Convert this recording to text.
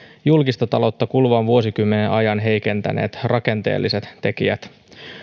julkista taloutta kuluvan vuosikymmenen ajan heikentäneet rakenteelliset tekijät